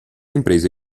impresa